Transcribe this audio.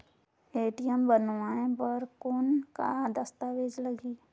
ATM बनवाय बर कौन का दस्तावेज लगही?